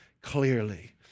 clearly